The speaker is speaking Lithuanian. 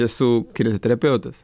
esu kineziterapeutas